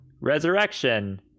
Resurrection